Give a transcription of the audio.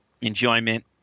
enjoyment